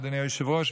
אדוני היושב-ראש,